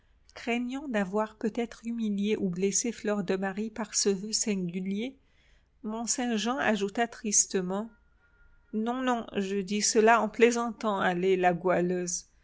craignant d'avoir peut-être humilié ou blessé fleur de marie par ce voeu singulier mont-saint-jean ajouta tristement non non je dis cela en plaisantant allez la goualeuse